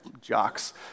jocks